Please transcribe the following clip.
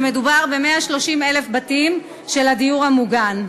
ומדובר ב-130 בתים של הדיור המוגן.